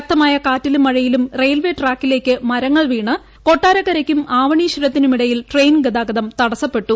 ശക്തമായകാറ്റിലും മഴയിലും റെയിൽവേട്രാക്കിലേക്ക് മരങ്ങൾ വീണ് കൊട്ടാരക്കരയ്ക്കും ആവണീശ്വരത്തിനും ഇടയിൽ ട്രെയിൻ ഗതാഗതം തടസപ്പെട്ടു